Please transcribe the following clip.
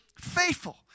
faithful